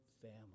family